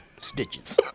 stitches